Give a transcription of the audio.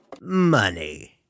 money